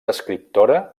escriptora